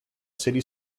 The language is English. city